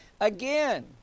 again